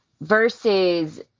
Versus